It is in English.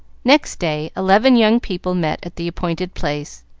next day eleven young people met at the appointed place,